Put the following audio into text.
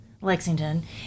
Lexington